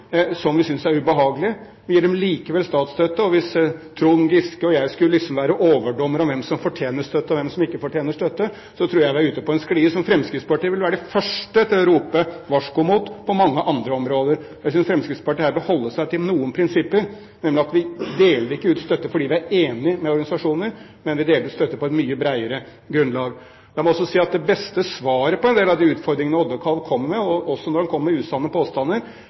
som vi synes er ubehagelige. Vi gir dem likevel statsstøtte, og hvis Trond Giske og jeg skulle være overdommere over hvem som fortjener støtte, og hvem som ikke fortjener støtte, tror jeg vi er ute på en sklie som Fremskrittspartiet vil være de første til å rope varsko mot på mange andre områder. Jeg synes Fremskrittspartiet her bør holde seg til noen prinsipper, nemlig at vi deler ikke ut støtte fordi vi er enige med organisasjoner, men vi deler ut støtte på et mye bredere grunnlag. Jeg må også si at det beste svaret på en del av de utfordringene Oddekalv kommer med, og også når han kommer med usanne påstander,